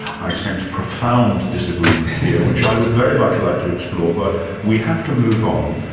i sense profound disagreement here which i would very much like to explore, but we have to move on.